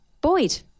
Boyd